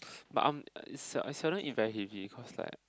but I'm I I seldom eat very heavy cause like